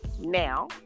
Now